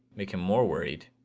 make him more worried.